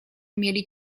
mieli